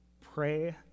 Pray